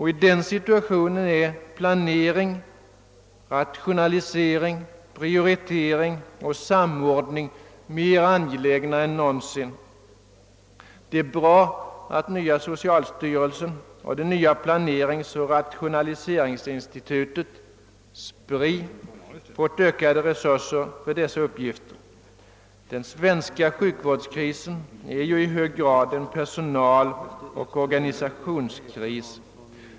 I denna situation är planering, rationalisering, prioritering och samordning mera angelägna än någonsin. Det är bra att den nya socialstyrelsen och det nya planeringsoch = rationaliseringsinstitutet, SPRI, fått ökade resurser för dessa uppgifter. Den svenska sjukvårdskrisen är i hög grad en personaloch organisationskris.